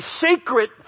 sacred